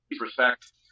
respect